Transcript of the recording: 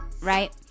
right